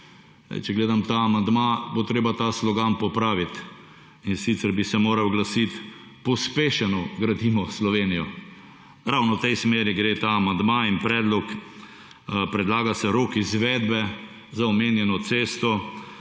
Če gledam ta amandma bo treba ta slogan opraviti in sicer bi se moral glasiti »Pospešeno gradimo Slovenijo« ravno v tej smeri gre ta amandma in predlog. Predlaga se rok izvedbe za omenjeno cesto